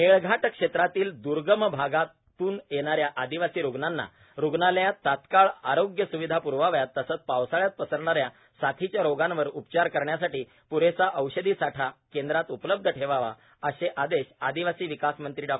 मेळघाट क्षेत्रातील द्र्गम भागातून येणाऱ्या आदिवासी रुग्णांना रुग्णालयात तत्काळ आरोग्य सुविधा प्रवाव्यात तसेच पावसाळ्यात पसरणाऱ्या साथीच्या रोगांवर उपचार करण्यासाठी प्रेसा औषधी साठा केंद्रात उपलब्ध ठेवावाए असे आदेश आदिवासी विकास मंत्री डॉ